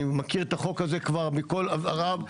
אני מכיר את החוק הזה כבר מכל עבריו.